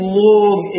long